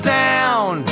down